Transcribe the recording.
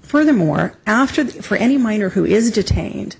furthermore after that for any minor who is detained